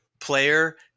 player